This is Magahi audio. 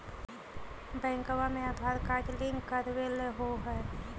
बैंकवा मे आधार कार्ड लिंक करवैलहो है?